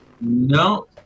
No